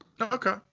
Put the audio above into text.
Okay